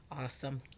Awesome